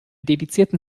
dedizierten